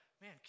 man